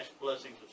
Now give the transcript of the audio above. blessings